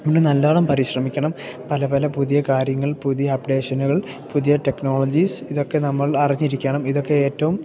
നമ്മള് നല്ലോണം പരിശ്രമിക്കണം പല പല പുതിയ കാര്യങ്ങൾ പുതിയ അപ്ഡേഷനുകൾ പുതിയ ടെക്നോളജീസ് ഇതൊക്കെ നമ്മൾ അറിഞ്ഞിരിക്കണം ഇതൊക്കെ ഏറ്റവും